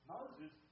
Moses